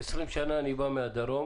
עשרים שנה אני בא מהדרום,